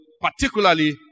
particularly